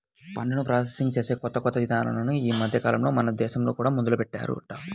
పంటను ప్రాసెసింగ్ చేసే కొత్త కొత్త ఇదానాలు ఈ మద్దెకాలంలో మన దేశంలో కూడా మొదలుబెట్టారంట